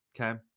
okay